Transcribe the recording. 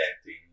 acting